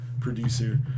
producer